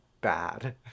bad